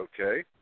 Okay